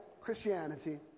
Christianity